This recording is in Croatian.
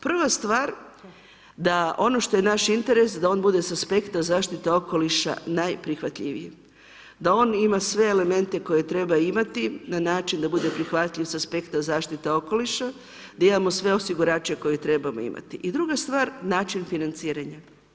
Prva stvar da ono što je naše interes da on bude sa aspekta zaštite okoliša najprihvatljiviji, da on ima sve elemente koje treba imati na način da bude prihvatljiv sa aspekta zaštite okoliša, da imamo sve osigurače koje trebamo imati i druga stvar, način financiranja.